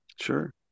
Sure